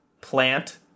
plant